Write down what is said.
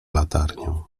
latarnię